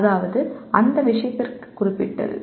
அதாவது அந்த விஷயத்திற்கு குறிப்பிட்டது